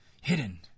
hidden